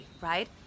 right